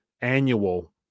annual